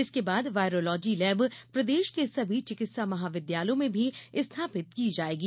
इसके बाद virology lab प्रदेश के सभी चिकित्सा महाविद्यालयों में भी स्थापित की जाएगी